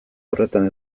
horretan